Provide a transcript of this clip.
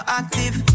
active